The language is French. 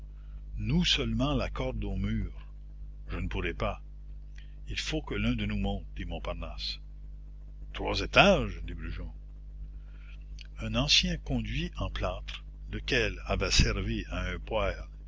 noue seulement la corde au mur je ne pourrai pas il faut que l'un de nous monte dit montparnasse trois étages fit brujon un ancien conduit en plâtre lequel avait servi à un poêle